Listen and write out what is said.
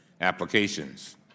applications